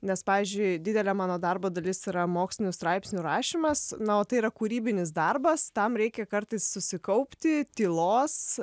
nes pavyzdžiui didelė mano darbo dalis yra mokslinių straipsnių rašymas na o tai yra kūrybinis darbas tam reikia kartais susikaupti tylos